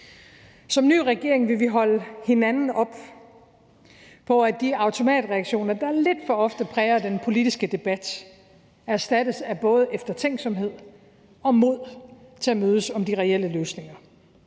Som ny regering vil vi holde hinanden op på, at de automatreaktioner, der lidt for ofte præger den politiske debat, erstattes af både eftertænksomhed og mod til at mødes om de reelle løsninger.